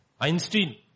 Einstein